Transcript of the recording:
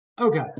Okay